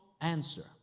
answer